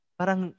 parang